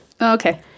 okay